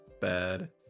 bad